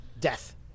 death